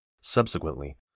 Subsequently